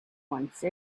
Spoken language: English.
once